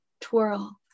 twirl